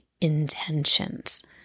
intentions